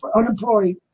unemployed